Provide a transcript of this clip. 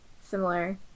similar